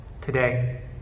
today